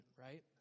right